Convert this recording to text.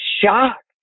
shocked